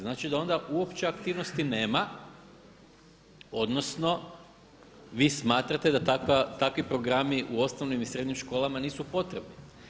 Znači da onda uopće aktivnosti nema, odnosno vi smatrate da takvi programi u osnovnim i srednjim školama nisu potrebni.